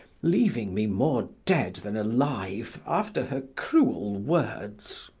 leaving me more dead than alive after her cruel words.